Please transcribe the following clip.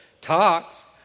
talks